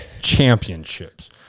championships